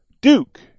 Duke